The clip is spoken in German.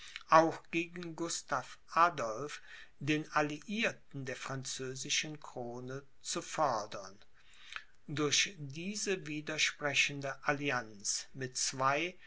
auch gegen gustav adolph den alliierten der französischen krone zu fordern durch diese widersprechende allianz mit zwei